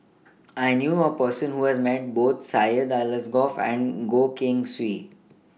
I knew A Person Who has Met Both Syed Alsagoff and Goh Keng Swee